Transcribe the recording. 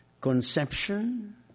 conception